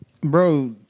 bro